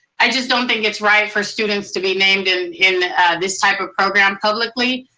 i just don't think it's right for students to be named in in this type of program publicly.